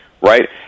right